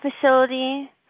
facility